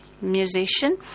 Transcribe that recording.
musician